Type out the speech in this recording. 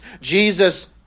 Jesus